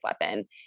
weapon